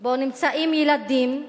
שבו נמצאים ילדים,